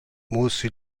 muossa